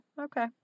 Okay